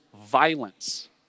violence